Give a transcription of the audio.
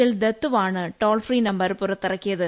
L ദത്തുവാണ് toll free number പുറത്തിറക്കിയത്